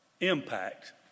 impact